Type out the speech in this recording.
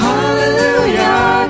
Hallelujah